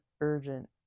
urgent